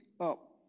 up